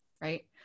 right